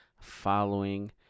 following